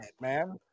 man